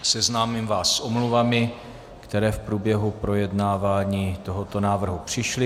Seznámím vás s omluvami, které v průběhu projednávání tohoto návrhu přišly.